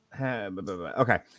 Okay